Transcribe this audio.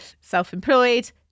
self-employed